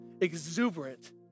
exuberant